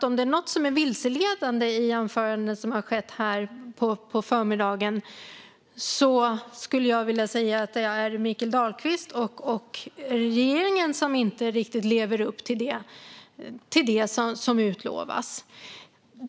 Om det är något som är vilseledande i jämförelse med det som har skett här på förmiddagen är det alltså Mikael Dahlqvist och regeringen som inte riktigt lever upp till det som utlovas.